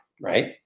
Right